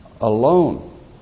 alone